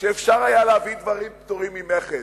כאלה שאפשר היה להביא דברים פטורים ממכס,